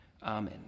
Amen